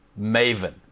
maven